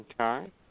Okay